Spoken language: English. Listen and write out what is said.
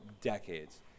decades